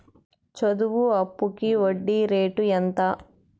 చదువు అప్పుకి వడ్డీ రేటు ఎంత?